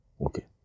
Okay